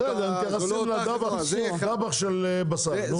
בסדר, אנחנו מתייחסים לדבאח של בשר, נו.